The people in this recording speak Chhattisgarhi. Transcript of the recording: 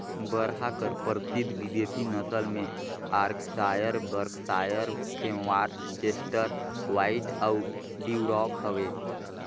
बरहा कर परसिद्ध बिदेसी नसल में Yorkshire, Berkshire, Tamworth, Chester White अउ ड्यूरॉक हवे